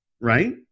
right